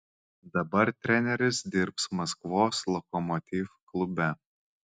dabar treneris dirbs maskvos lokomotiv klube